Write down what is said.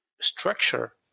structure